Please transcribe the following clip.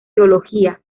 teología